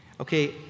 Okay